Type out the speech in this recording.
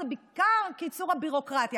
זה בעיקר קיצור הביורוקרטיה,